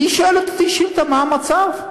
היא שואלת אותי שאילתה מה המצב?